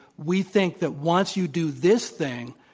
we think that once you do this thing,